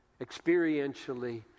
experientially